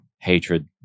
hatred